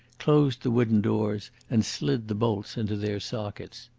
closed the wooden doors, and slid the bolts into their sockets.